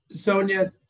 Sonia